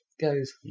goes